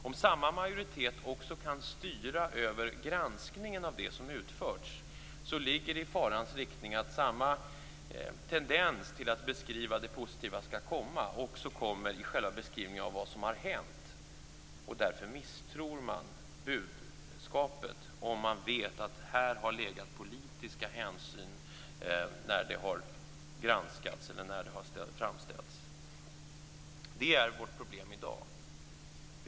Om samma majoritet också kan styra över granskningen av det som har utförts, ligger det i farans riktning att samma tendens att beskriva det positiva som skall komma också kommer i beskrivningen av vad som har hänt. Man misstror budskapet om man vet att det har legat politiska hänsyn bakom när en sak har granskats eller framställts. Det är vårt problem i dag.